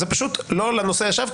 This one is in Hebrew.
זה פשוט לא לנושא עכשיו,